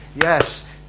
yes